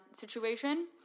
situation